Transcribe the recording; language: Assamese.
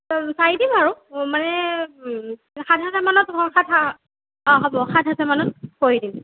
চাই দিম আৰু মানে সাত হাজাৰ মানত সাত অঁ হ'ব সাত হাজাৰ মানত কৰি দিম